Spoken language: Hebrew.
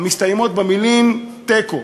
המסתיימות במילה תיקו.